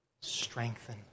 Strengthen